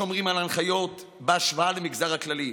שומרים על ההנחיות בהשוואה למגזר הכללי,